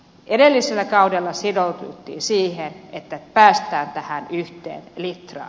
edellisellä kaudella sitouduttiin siihen että päästään tähän yhteen litraan